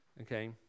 okay